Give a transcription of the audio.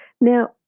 Now